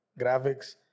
graphics